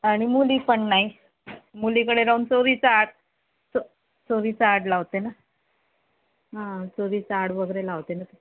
आणि मुली पण नाही मुलीकडे राहून चोरीचा आळ चो चोरीचा आळ लावते ना चोरीचा आळ वगैरे लावते ना ती